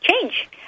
change